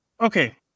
Okay